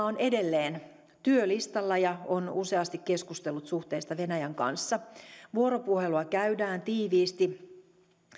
on edelleen työlistalla ja on useasti keskustellut suhteesta venäjän kanssa vuoropuhelua käydään tiiviisti